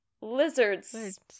lizards